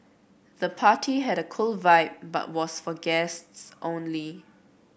the party had a cool vibe but was for guests only